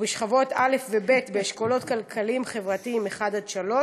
ובשכבות א' וב' באשכולות כלכליים-חברתיים 1 3,